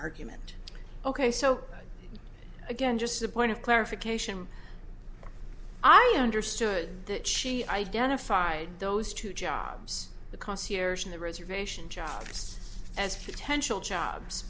argument ok so again just a point of clarification i understood that she identified those two jobs the concierge and the reservation jobs